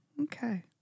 Okay